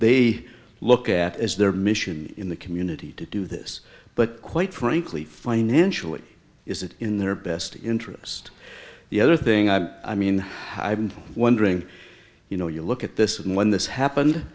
they look at is their mission in the community to do this but quite frankly financially is it in their best interest the other thing i i mean i've been wondering you know you look at this and when this happened